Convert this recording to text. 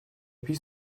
پیش